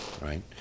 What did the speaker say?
Right